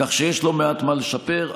כך שיש לא מעט מה לשפר.